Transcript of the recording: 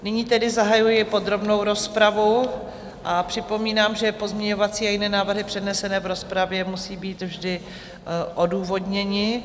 Nyní tedy zahajuji podrobnou rozpravu a připomínám, že pozměňovací a jiné návrhy přednesené v rozpravě musí být vždy odůvodněny.